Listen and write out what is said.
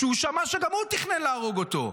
שהוא שמע שגם הוא תכנן להרוג אותו.